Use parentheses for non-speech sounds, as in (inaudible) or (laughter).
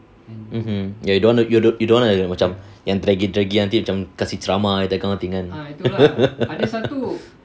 mmhmm ya you don't want to you don't want to macam yang draggy draggy until macam kasi trauma that kind of thing kan (laughs)